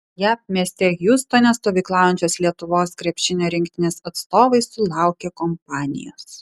jav mieste hjustone stovyklaujančios lietuvos krepšinio rinktinės atstovai sulaukė kompanijos